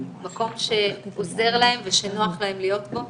מקום שעוזר להם ושנוח להם להיות בו.